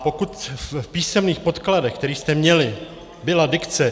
Pokud v písemných podkladech, které jste měli, byla dikce